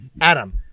Adam